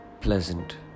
pleasant